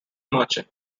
merchant